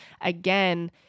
again